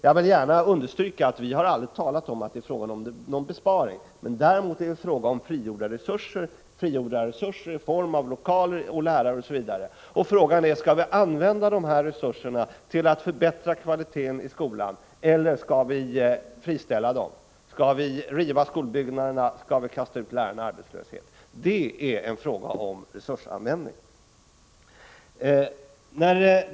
Jag vill understryka att vi aldrig har talat om att det är fråga om någon — Prot. 1985/86:72 besparing, däremot om att det gäller frigjorda resurser i form av lokaler, 6 februari 1986 lärare osv. Frågan är om vi skall använda dessa resurser till att förbättra kvaliteten i skolan eller om vi skall ”friställa” dem. Skall vi riva skolbyggnaderna och kasta ut lärarna i arbetslöshet? Det är en fråga om resursanvändning.